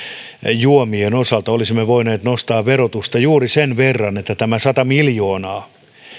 juomien osalta olisimme voineet nostaa verotusta juuri sen verran että tämä sata miljoonaa